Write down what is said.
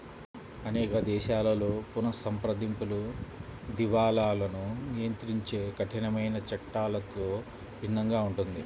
అనేక దేశాలలో పునఃసంప్రదింపులు, దివాలాను నియంత్రించే కఠినమైన చట్టాలలో భిన్నంగా ఉంటుంది